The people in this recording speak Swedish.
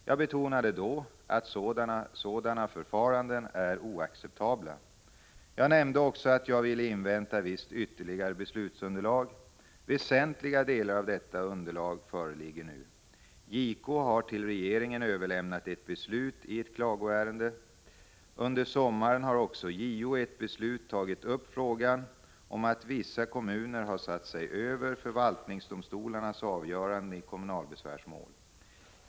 Jag betonade då att sådana förfaranden är oacceptabla. Jag nämnde också att jag ville invänta visst ytterligare beslutsunderlag. Väsentliga delar av detta underlag föreligger nu. JK har till regeringen överlämnat ett beslut i ett klagoärende. Under sommaren har också JO i ett beslut tagit upp frågan om att vissa kommuner har satt sig över förvaltningsdomstolarnas avgöranden i kommunalbesvärsmål.